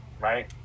right